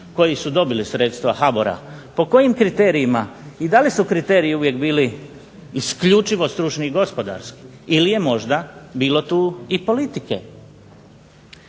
koji su dobili sredstva HBOR-a, po kojim kriterijima, i da li su kriteriji uvijek bili isključivo stručni i gospodarski, ili je možda bilo tu i politike.